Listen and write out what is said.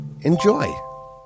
Enjoy